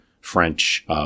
French